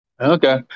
Okay